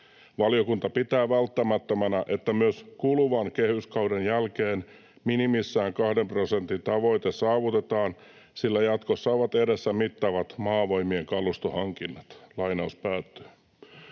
Valiokunta pitää välttämättömänä, että myös kuluvan kehyskauden jälkeen minimissään kahden prosentin tavoite saavutetaan, sillä jatkossa ovat edessä mittavat Maavoimien kalustohankinnat.” Huomionarvoista